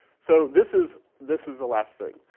so this is this is the last thing.